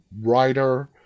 writer